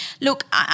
look